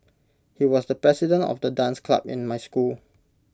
he was the president of the dance club in my school